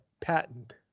patent